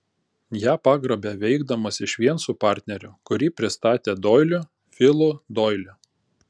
ją pagrobė veikdamas išvien su partneriu kurį pristatė doiliu filu doiliu